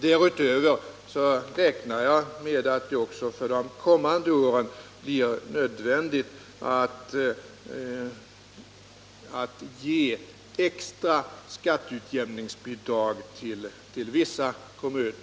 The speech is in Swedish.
Dessutom räknar jag med att det också under kommande år blir nödvändigt att ge extra skatteutjämnningsbidrag till vissa kommuner.